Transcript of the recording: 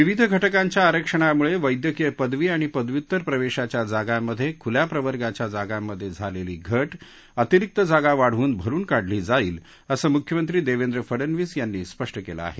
विविध घटकांच्या आरक्षणामुळे वैद्यकीय पदवी आणि पदव्युत्तर प्रवेशाच्या जागांमध्ये खुल्या प्रवर्गाच्या जागांमधे झालेली घट अतिरिक्त जागा वाढवून भरून काढली जाईल असं मुख्यमंत्री देवेंद्र फडनवीस यांनी स्पष्ट केलं आहे